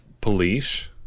police